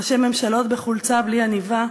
ראשי ממשלות בחולצה בלי עניבה,